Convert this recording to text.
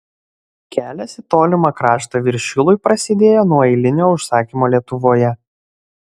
kelias į tolimą kraštą viršilui prasidėjo nuo eilinio užsakymo lietuvoje